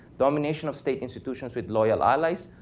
domination of state institutions with loyal allies.